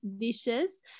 dishes